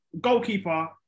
goalkeeper